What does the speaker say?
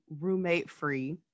roommate-free